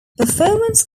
performance